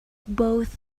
both